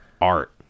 art